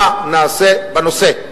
מה נעשה בנושא.